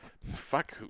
Fuck